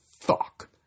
fuck